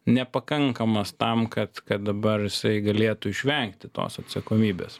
nepakankamas tam kad kad dabar jisai galėtų išvengti tos atsakomybės